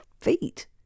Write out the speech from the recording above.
feet